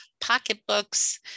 pocketbooks